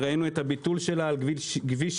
ראינו את הביטול שלה על כביש 65,